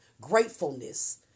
gratefulness